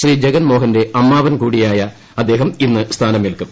ശ്രീ ജഗൻമോഹന്റെ അമ്മാവൻ കൂടിയായ അദ്ദേഹം ഇന്ന് സ്ഥാനമേൽക്കും